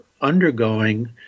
undergoing